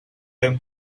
him